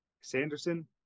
sanderson